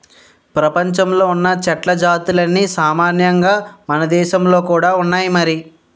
ప్రపంచంలో ఉన్న చెట్ల జాతులన్నీ సామాన్యంగా మనదేశంలో కూడా ఉన్నాయి మరి